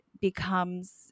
becomes